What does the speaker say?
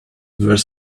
were